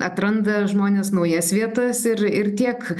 atranda žmonės naujas vietas ir ir tiek